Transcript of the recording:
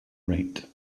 right